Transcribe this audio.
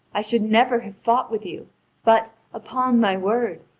i should never have fought with you but, upon my word,